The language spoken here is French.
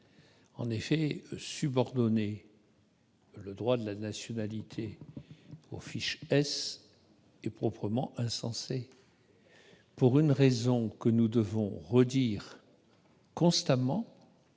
fiches S. Subordonner le droit de la nationalité aux fiches S est proprement insensé, pour une raison que nous devons constamment